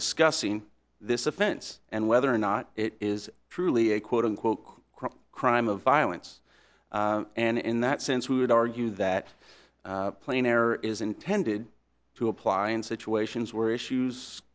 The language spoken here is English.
discussing this offense and whether or not it is truly a quote unquote crime of violence and in that sense we would argue that plain error is intended to apply in situations where issues